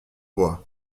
bois